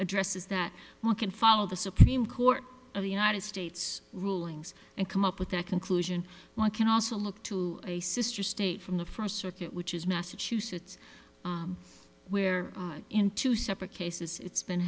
addresses that one can follow the supreme court of the united states rulings and come up with that conclusion one can also look to a sister state from the first circuit which is massachusetts where in two separate cases it's been